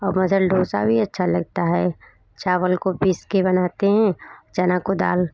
और मसाल डोसा भी अच्छा लगता है चावल को पीस के बनाते हैं चना को दाल